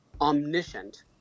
omniscient